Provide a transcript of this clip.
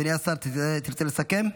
אדוני השר, תרצה לסכם?